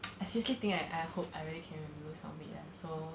I seriously think I I hope I really can lose some weight lah so